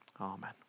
Amen